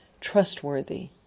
Trustworthy